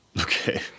Okay